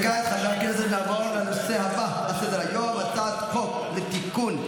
ועדת הכנסת, של ועדת פנים.